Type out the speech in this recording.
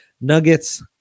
Nuggets